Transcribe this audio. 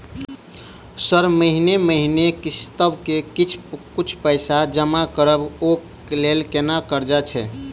Sir महीने महीने किस्तसभ मे किछ कुछ पैसा जमा करब ओई लेल कोनो कर्जा छैय?